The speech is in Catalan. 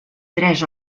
tres